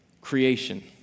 Creation